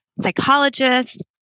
Psychologists